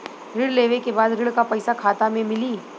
ऋण लेवे के बाद ऋण का पैसा खाता में मिली?